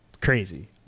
crazy